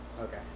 Okay